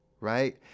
right